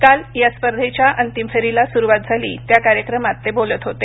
काल या स्पर्धेच्या अंतिम फेरीला सुरुवात झाली त्या कार्यक्रमात ते बोलत होते